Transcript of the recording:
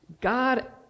God